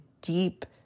deep